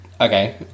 Okay